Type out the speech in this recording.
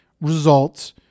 results